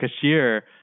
cashier